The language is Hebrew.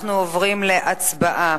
אנחנו עוברים להצבעה.